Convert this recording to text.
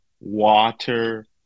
water